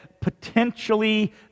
potentially